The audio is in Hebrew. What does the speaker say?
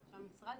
שהמשרד